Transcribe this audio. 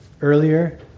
earlier